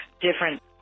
different